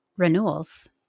renewals